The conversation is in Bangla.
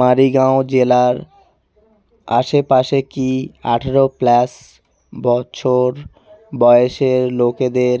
মারিগাঁও জেলার আশেপাশে কি আঠেরো প্লাস বছর বয়সের লোকেদের